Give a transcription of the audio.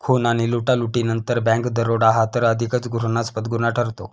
खून आणि लुटालुटीनंतर बँक दरोडा हा तर अधिकच घृणास्पद गुन्हा ठरतो